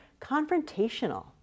confrontational